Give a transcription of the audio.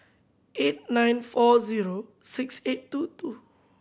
eight nine four zero six eight two two